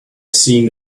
seen